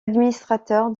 administrateur